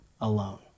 alone